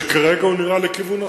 שכרגע הוא נראה לכיוון נכון,